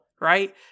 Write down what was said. right